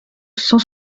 cent